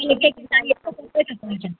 के के थोक चाहिएको सब थोक पाइन्छ